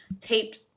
taped